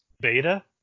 beta